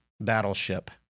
battleship